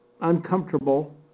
uncomfortable